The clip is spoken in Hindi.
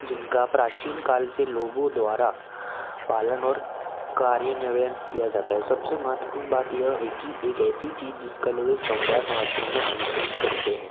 जिनका प्राचीन काल से लोगों द्वारा पालन और कार्यान्यवन किया जाता है सबसे महत्वपूर्ण बात यह है कि एक ऐसी चीज़ जिसका लोग एक समुदाय समाज के रूप में अनुसरण करते हैं